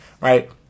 right